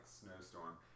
snowstorm